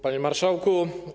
Panie Marszałku!